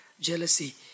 jealousy